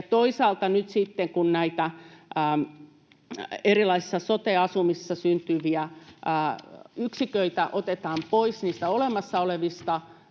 Toisaalta nyt sitten, kun näitä erilaisessa sote-asumisessa syntyviä yksiköitä otetaan pois niistä olemassa olevista